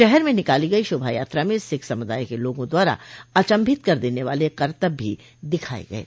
शहर में निकाली गई शोभा यात्रा में सिख समुदाय के लोगों द्वारा अचंभित कर देने वाले करतब भी दिखाये गये